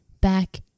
back